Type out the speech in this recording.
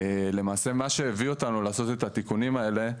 למעשה, מה שהביא אותנו לעשות את התיקונים האלה,